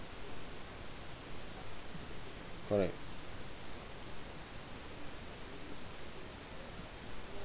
correct